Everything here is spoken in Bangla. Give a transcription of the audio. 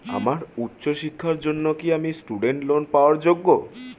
আমার উচ্চ শিক্ষার জন্য কি আমি স্টুডেন্ট লোন পাওয়ার যোগ্য?